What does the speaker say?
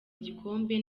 igikombe